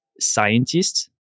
scientists